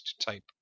type